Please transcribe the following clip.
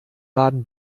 baden